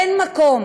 אין מקום